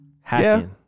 Hacking